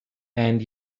and